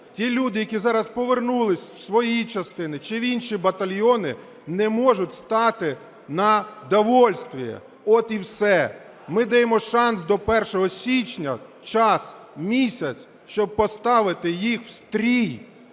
Ті люди, які зараз повернулися у свої частини чи в інші батальйони, не можуть стати на довольствіє. От і все. Ми даємо шанс до 1 січня, час – місяць, щоб поставити їх в стрій.